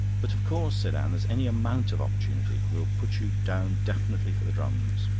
but of course, said anne, there's any amount of opportunity. we'll put you down definitely for the drums.